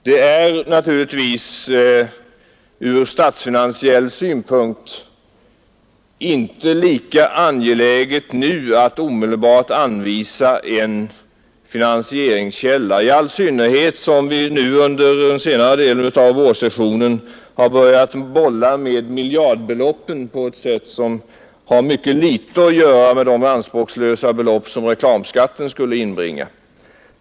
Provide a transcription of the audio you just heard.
Det är naturligtvis ur statsfinansiell synpunkt inte lika angeläget att omedelbart anvisa en finansieringskälla, i all synnerhet som vi under senare delen av vårsessionen har börjat bolla med miljardbeloppen på ett sätt som har mycket litet att göra med de anspråkslösa belopp som reklamskatten skulle inbringa.